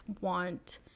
want